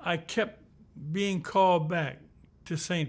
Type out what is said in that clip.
i kept being called back to s